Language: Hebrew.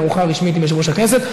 בארוחה רשמית עם יושב-ראש הכנסת.